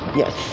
Yes